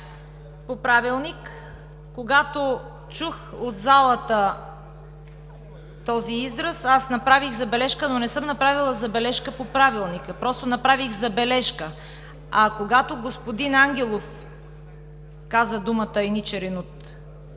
по Правилник. Когато чух от залата този израз, аз направих забележка, но не съм направила забележка по Правилника. Просто направих забележка. А когато господин Ангелов каза думата „еничари“ от